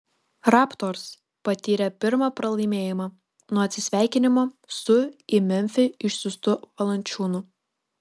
raptors patyrė pirmą pralaimėjimą nuo atsisveikinimo su į memfį išsiųstu valančiūnu